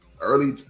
early